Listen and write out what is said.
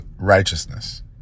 righteousness